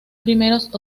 primeros